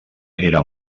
era